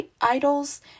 idols